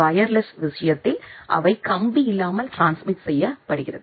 wireless விஷயத்தில் அவை கம்பியில்லாமல் ட்ரான்ஸ்மிட் செய்யப்படுகிறது